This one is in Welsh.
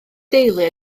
deulu